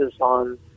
on